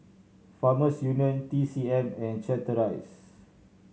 Farmers Union T C M and Chateraise